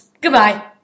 Goodbye